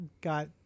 got